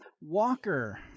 Walker